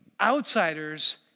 outsiders